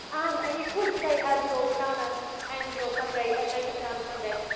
um and you could say have your banana and your sundae and make a banana sundae.